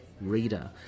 reader